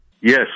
Yes